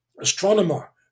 astronomer